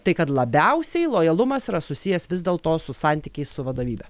tai kad labiausiai lojalumas yra susijęs vis dėlto su santykiais su vadovybe